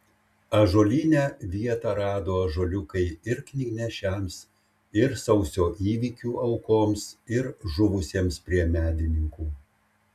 ąžuolyne vietą rado ąžuoliukai ir knygnešiams ir sausio įvykių aukoms ir žuvusiems prie medininkų